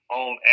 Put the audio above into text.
on